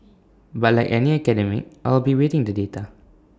but like any academic I will be awaiting the data